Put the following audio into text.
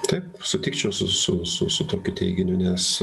taip sutikčiau su su su su tokiu teiginiu nes